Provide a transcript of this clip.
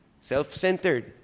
Self-centered